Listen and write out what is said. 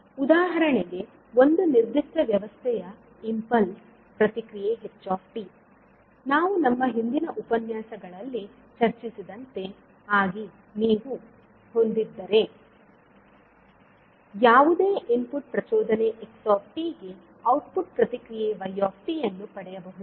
ಉದಾಹರಣೆಗೆ ಒಂದು ನಿರ್ದಿಷ್ಟ ವ್ಯವಸ್ಥೆಯ ಇಂಪಲ್ಸ್ ಪ್ರತಿಕ್ರಿಯೆ ℎ𝑡 ನಾವು ನಮ್ಮ ಹಿಂದಿನ ಉಪನ್ಯಾಸಗಳಲ್ಲಿ ಚರ್ಚಿಸಿದಂತೆ ಆಗಿ ನೀವು ಹೊಂದಿದ್ದರೆ ಯಾವುದೇ ಇನ್ಪುಟ್ ಪ್ರಚೋದನೆ x𝑡 ಗೆ ಔಟ್ಪುಟ್ ಪ್ರತಿಕ್ರಿಯೆ y𝑡 ಅನ್ನು ಪಡೆಯಬಹುದು